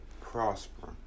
prosper